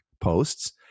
posts